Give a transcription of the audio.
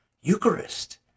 Eucharist